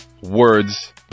Words